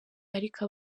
ariko